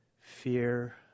fear